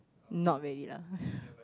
not really lah